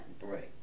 Right